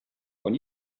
when